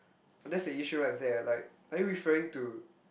that's the issue right there like are you referring to